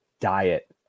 diet